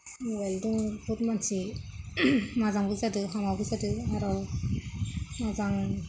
मबाइलजों बहुद मानसि मोजांबो जादों हामाबो जादों आरो मोजां